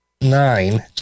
nine